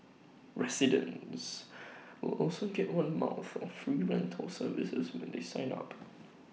residents will also get one month of free rental service when they sign up